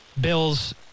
Bills –